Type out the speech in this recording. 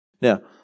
Now